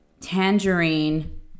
Tangerine